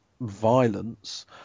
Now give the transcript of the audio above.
violence